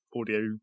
audio